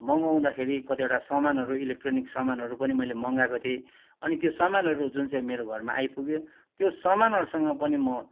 मगाउँदाखेरि कतिवटा सामानहरू इलेक्ट्रोनिक सामानहरू पनि मैले मगाएको थिएँ अनि त्यो सामानहरू जुन चाहिँ मेरो घरमा आइपुग्यो त्यो सामानहरूसँग पनि म